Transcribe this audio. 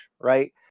right